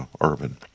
urban